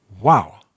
Wow